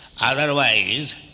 Otherwise